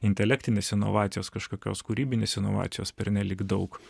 intelektinės inovacijos kažkokios kūrybinės inovacijos pernelyg daug